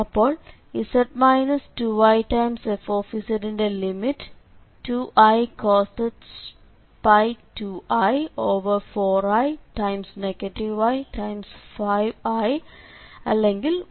അപ്പോൾ f ന്റെ limit 2icosh π2i 4i i5iഅല്ലെങ്കിൽ 110എന്ന് കിട്ടും